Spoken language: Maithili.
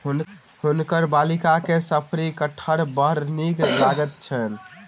हुनकर बालिका के शफरी कटहर बड़ नीक लगैत छैन